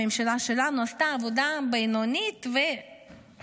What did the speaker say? הממשלה שלנו עשתה עבודה בינונית וחובבנית.